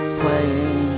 playing